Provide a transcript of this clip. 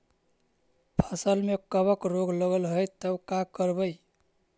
फसल में कबक रोग लगल है तब का करबै